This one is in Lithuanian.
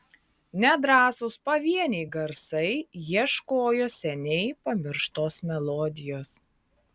nedrąsūs pavieniai garsai ieškojo seniai pamirštos melodijos